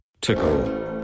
tickle